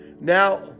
Now